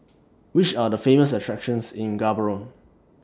Which Are The Famous attractions in Gaborone